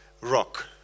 rock